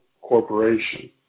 corporation